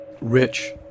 rich